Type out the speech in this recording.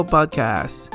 Podcast